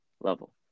level